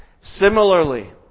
Similarly